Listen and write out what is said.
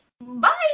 Bye